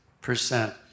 percent